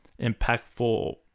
impactful